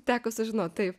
teko sužinot taip